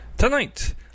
Tonight